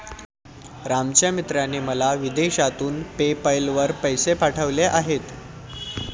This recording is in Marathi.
रामच्या मित्राने मला विदेशातून पेपैल वर पैसे पाठवले आहेत